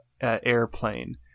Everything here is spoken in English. airplane